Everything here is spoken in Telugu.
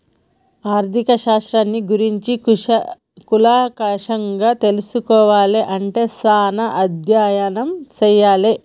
ఆర్ధిక శాస్త్రాన్ని గురించి కూలంకషంగా తెల్సుకోవాలే అంటే చానా అధ్యయనం చెయ్యాలే